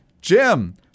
Jim